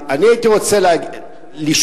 הייתי רוצה לשאול,